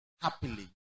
happily